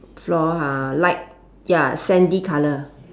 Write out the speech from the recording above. floor ha light ya sandy color